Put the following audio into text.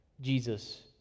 Jesus